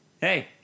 hey